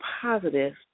positive